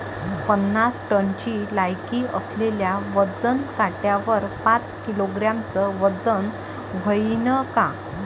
पन्नास टनची लायकी असलेल्या वजन काट्यावर पाच किलोग्रॅमचं वजन व्हईन का?